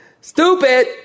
Stupid